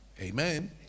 Amen